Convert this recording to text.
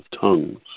tongues